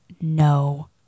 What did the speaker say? no